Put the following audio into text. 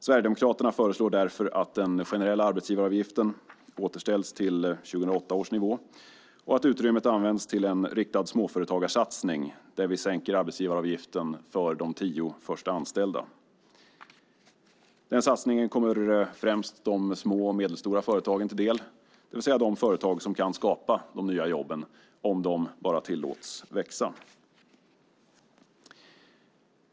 Sverigedemokraterna föreslår därför att den generella arbetsgivaravgiften återställs till 2008 års nivå och att utrymmet används till en riktad småföretagarsatsning, där vi sänker arbetsgivaravgiften för de första tio anställda. Denna satsning kommer främst de små och medelstora företagen till del, det vill säga de företag som kan skapa de nya jobben om de bara tillåts växa.